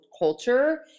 culture